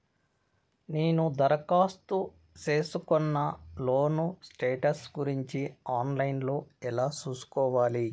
నేను దరఖాస్తు సేసుకున్న లోను స్టేటస్ గురించి ఆన్ లైను లో ఎలా సూసుకోవాలి?